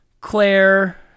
Claire